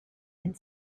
and